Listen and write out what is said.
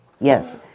Yes